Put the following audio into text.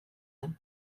den